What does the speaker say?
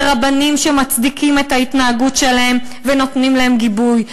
ברבנים שמצדיקים את ההתנהגות שלהם ונותנים להם גיבוי,